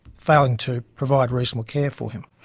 failing to provide reasonable care for him.